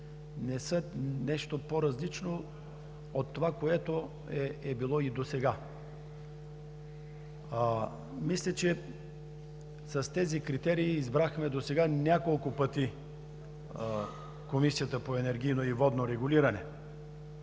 не са нещо по-различно от това, което е било и досега. Мисля, че с тези критерии избрахме досега няколко пъти Комисията по енергийно и водно регулиране